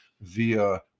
via